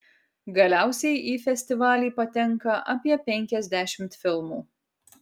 galiausiai į festivalį patenka apie penkiasdešimt filmų